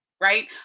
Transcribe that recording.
right